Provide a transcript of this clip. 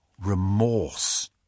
Remorse